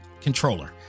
controller